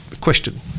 question